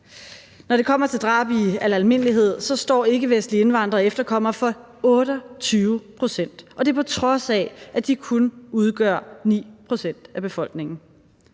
Når det kommer til drab i al almindelighed, står ikkevestlige indvandrere og efterkommere for 28 pct., og det på trods af, at de kun udgør 9 pct. af befolkningen.